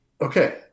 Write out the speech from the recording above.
Okay